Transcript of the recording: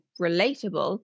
relatable